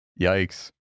Yikes